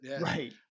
right